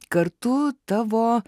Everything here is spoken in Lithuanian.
kartu tavo